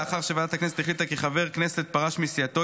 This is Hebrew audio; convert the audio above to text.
לאחר שוועדת הכנסת החליטה כי חבר כנסת פרש מסיעתו,